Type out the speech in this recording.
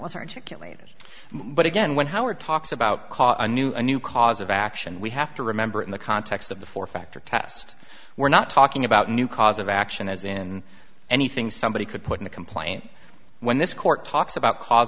articulated but again when howard talks about call a new a new cause of action we have to remember in the context of the four factor test we're not talking about new cause of action as in anything somebody could put in a complaint when this court talks about cause